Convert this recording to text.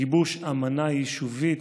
גיבוש אמנה יישובית,